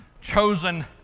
chosen